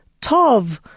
Tov